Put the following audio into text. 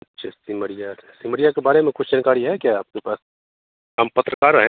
अच्छा सिमरिया से सिमरिया के बारे में कुछ जानकारी है क्या आपके पास हम पत्रकार हैं